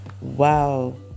Wow